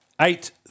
Eight